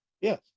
Yes